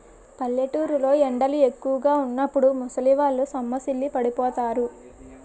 పల్లెటూరు లో ఎండలు ఎక్కువుగా వున్నప్పుడు ముసలివాళ్ళు సొమ్మసిల్లి పడిపోతారు